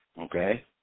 okay